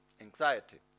anxiety